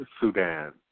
Sudan